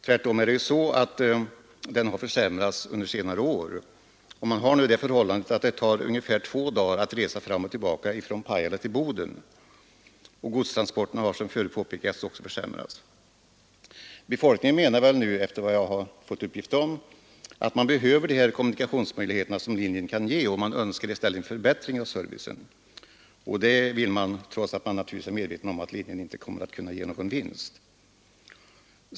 Tvärtom har den försämrats under senare år, och det tar nu ungefär två dagar att resa fram och tillbaka mellan Pajala och Boden. Godstransporterna har, som förut påpekats, också försämrats. § Befolkningen menar nu, efter vad jag har fått uppgift om, att man behöver de kommunikationsmöjligheter som den här linjen kan ge, och man Önskar i stället en förbättring av servicen, trots att man naturligtvis är medveten om att linjen inte kommer att kunna ge någon vinst.